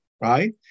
right